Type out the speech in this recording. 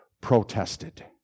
protested